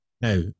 Now